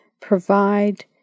provide